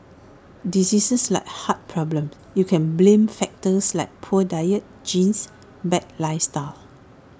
diseases like heart problems you can blame factors like poor diet genes bad lifestyle